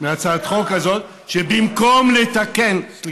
מהצעת החוק הזאת, שבמקום לתקן, אז לא חייב.